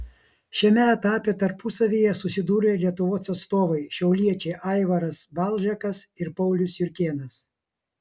šiame etape tarpusavyje susidūrė lietuvos atstovai šiauliečiai aivaras balžekas ir paulius jurkėnas